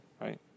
right